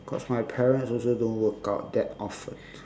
cause my parents also don't workout that often